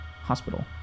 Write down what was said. hospital